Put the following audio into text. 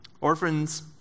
Orphans